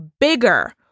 bigger